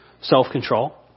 self-control